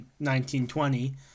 1920